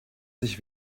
sich